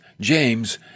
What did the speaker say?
James